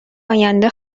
آینده